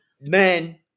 men